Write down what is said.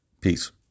Peace